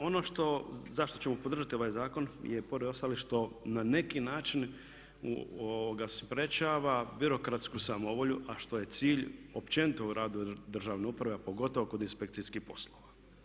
Ono zašto ćemo podržati ovaj zakon je pored ostalog što na neki način sprječava birokratsku samovolju, a što je cilj općenito u radu državne uprave a pogotovo kod inspekcijskih poslova.